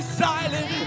silent